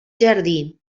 jardí